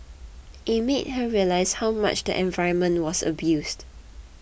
it made her realise how much the environment was abused